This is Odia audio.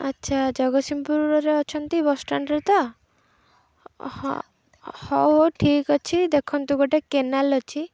ଆଚ୍ଛା ଜଗତସିଂହପୁରରେ ଅଛନ୍ତି ବସ୍ ଷ୍ଟାଣ୍ଡରେ ତ ହଁ ହଉ ହଉ ଠିକ୍ ଅଛି ଦେଖନ୍ତୁ ଗୋଟେ କେନାଲ ଅଛି